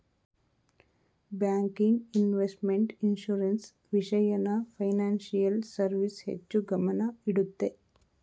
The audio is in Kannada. ಬ್ಯಾಂಕಿಂಗ್, ಇನ್ವೆಸ್ಟ್ಮೆಂಟ್, ಇನ್ಸೂರೆನ್ಸ್, ವಿಷಯನ ಫೈನಾನ್ಸಿಯಲ್ ಸರ್ವಿಸ್ ಹೆಚ್ಚು ಗಮನ ಇಡುತ್ತೆ